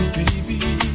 baby